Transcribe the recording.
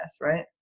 right